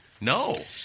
No